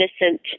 innocent